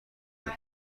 دارد